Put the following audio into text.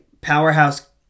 powerhouse